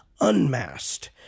unmasked